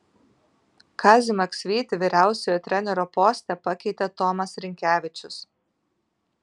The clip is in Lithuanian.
kazį maksvytį vyriausiojo trenerio poste pakeitė tomas rinkevičius